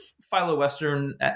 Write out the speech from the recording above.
Philo-Western